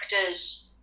actors